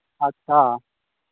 ᱟᱪᱪᱷᱟ